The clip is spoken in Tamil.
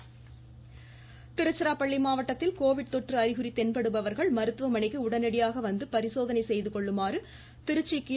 டாக்டர் வனிதா திருச்சிராப்பள்ளி மாவட்டத்தில் கோவிட் தொற்று அறிகுறி தென்படுபவர்கள் மருத்துவமனைக்கு உடனடியாக வந்து பரிசோதனை செய்து கொள்ளுமாறு திருச்சி கி